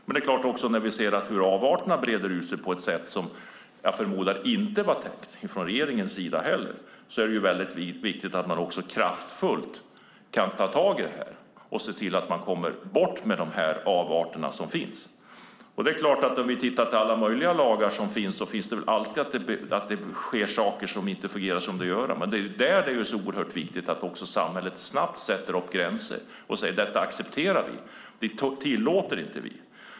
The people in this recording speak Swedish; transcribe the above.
Men när vi ser hur avarterna breder ut sig, på ett sätt som jag förmodar inte var tänkt från regeringens sida, är det viktigt att man kraftfullt tar tag i detta och ser till att de avarter som finns kommer bort. Om vi tittar på alla möjliga lagar sker det väl alltid saker som inte fungerar som det borde göra, men det är då det är så oerhört viktigt att samhället snabbt sätter gränser och säger att detta accepterar vi inte, detta tillåter vi inte.